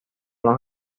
los